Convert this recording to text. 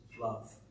love